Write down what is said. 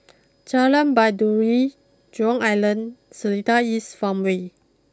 Jalan Baiduri Jurong Island Seletar East Farmway